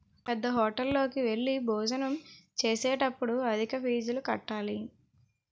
పేద్దహోటల్లోకి వెళ్లి భోజనం చేసేటప్పుడు అధిక ఫీజులు కట్టాలి